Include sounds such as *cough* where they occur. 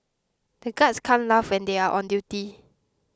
the guards can't laugh *unintelligible* they are on duty